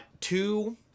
two